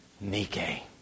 Nike